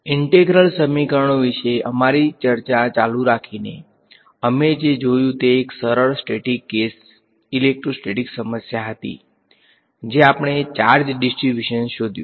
integral સમીકરણો વિશે અમારી ચર્ચા ચાલુ રાખીને અમે જે જોયું તે એક સરળ સ્ટેટીક કેસ ઇલેક્ટ્રોસ્ટેટિક્સ સમસ્યા હતી જે આપણે ચાર્જ ડીસ્ટ્રીબ્યુશન શોધયુ